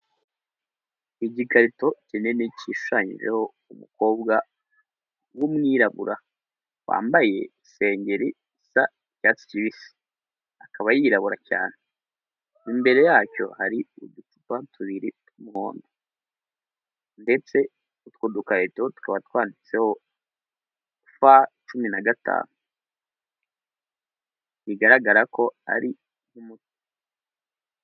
Igikarito kinini gishushanyijeho umukobwa w'umwirabura wambaye isengeri isa icyatsi kibisi, akaba yirabura cyane. Imbere yacyo hari uducupa tubiri tw'umuhondo ndetse utwo dukarito tukaba twanditseho F cumi na gatanu, bigaragara ko ari nk'umuti.